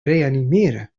reanimeren